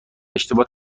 اشتباه